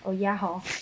oh ya hor